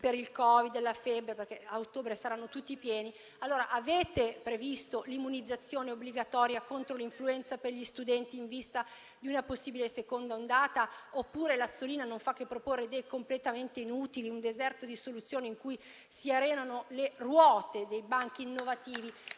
per sintomi di Covid, perché a ottobre sarà pieno di bambini con la febbre. Avete previsto l'immunizzazione obbligatoria contro l'influenza per gli studenti, in vista di una possibile seconda ondata? Oppure l'Azzolina non fa che proporre idee completamente inutili, un deserto di soluzioni in cui si arenano le ruote dei banchi innovativi